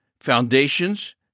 foundations